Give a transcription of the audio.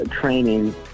training